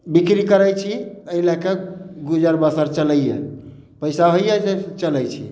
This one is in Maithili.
बिक्री करै छी एहि लए कऽ गुजर बसर चलैया पैसा होइया चलै छै